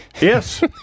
Yes